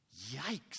Yikes